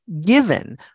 given